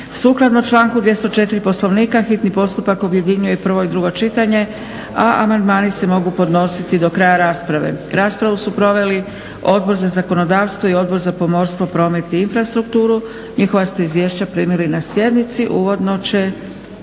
Sukladno članku 204. Poslovnika hitni postupak objedinjuje prvo i drugo čitanje. Amandmani se mogu podnositi do kraja rasprave. Raspravu su proveli Odbor za zakonodavstvo i Odbor za pomorstvo, promet i infrastrukturu. Njihova ste izvješća primili na sjednici. Uvodno će